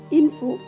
info